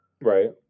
Right